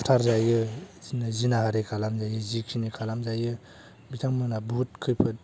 बुथार जायो जिनाहारि खालामजायो जिखिनि खालाम जायो बिथांमोनहा बहुथ खैफोद